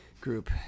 group